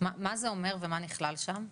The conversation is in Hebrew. מה זה אומר ומה נכלל בתוכנית?